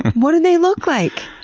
what do they look like?